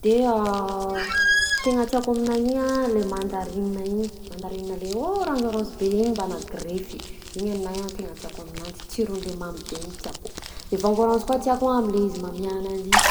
De tegna tiako aminanjy igny a le mandarina igny, mandarina le ôranzôranzy be igny mbanà grefy, igny anahy a tegna tiako aminanjy, tsirony le mamy be igny tiako, de voangy ôranzy koa tiako am'le izy mamià ananjy igny.